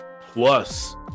plus